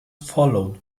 followed